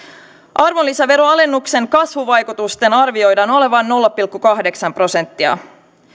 arvonlisäveroalennuksen kasvuvaikutusten arvioidaan olevan nolla pilkku kahdeksan prosenttia